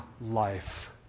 life